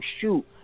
shoot